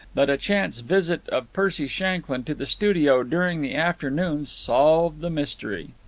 that a chance visit of percy shanklyn to the studio during the afternoon solved the mystery.